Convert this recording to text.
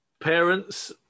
parents